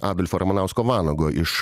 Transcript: adolfo ramanausko vanago iš